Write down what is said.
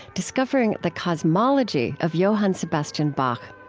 discovering the cosmology of johann sebastian bach.